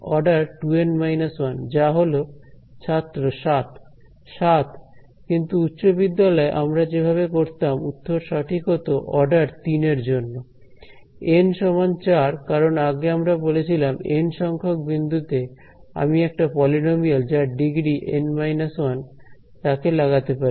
order 2N 1 যা হলো ছাত্র 7 7 কিন্তু উচ্চ বিদ্যালয় এ আমরা যেভাবে করতাম উত্তর সঠিক হতো অর্ডার 3 এর জন্য এন সমান চার কারণ আগে আমরা বলেছিলাম এন সংখ্যক বিন্দুতে আমি একটা পলিনোমিয়াল যার ডিগ্রী N 1 তাকে লাগাতে পারি